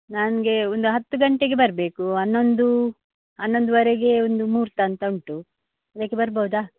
ನನಗೆ ಒಂದು ಹತ್ತು ಗಂಟೆಗೆ ಬರಬೇಕು ಹನ್ನೊಂದು ಹನೊಂದುವೆರೆಗೆ ಒಂದು ಮೂಹುರ್ತ ಅಂತ ಉಂಟು ಅದಕ್ಕೆ ಬರಬೌದ